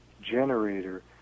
generator